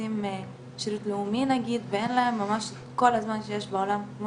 עושים שירות לאומי ואין להם ממש את כל הזמן שיש בעולם כמו